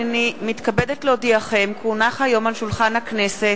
הנני מתכבדת להודיעכם כי הונחו היום על שולחן הכנסת,